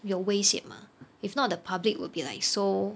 有危险 mah if not the public will be like so